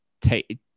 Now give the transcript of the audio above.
take